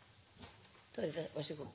finnes ikke så langt herfra